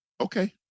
Okay